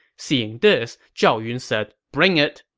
seeing this, zhao yun said, bring it,